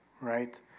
right